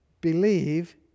believe